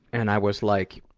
and i was like,